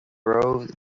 bróid